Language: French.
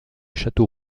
château